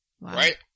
Right